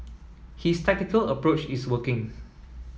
his tactical approach is working